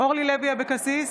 אורלי לוי אבקסיס,